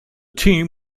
team